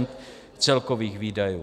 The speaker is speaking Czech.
% celkových výdajů.